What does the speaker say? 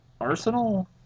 Arsenal